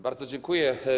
Bardzo dziękuję.